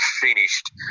finished